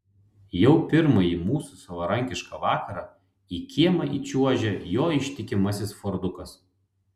jau pirmąjį mūsų savarankišką vakarą į kiemą įčiuožia jo ištikimasis fordukas